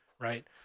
right